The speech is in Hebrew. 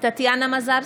טטיאנה מזרסקי,